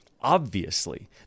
Obviously